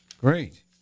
Great